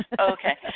Okay